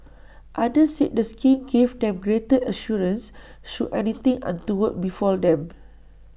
others said the scheme gave them greater assurance should anything untoward befall them